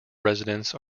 residents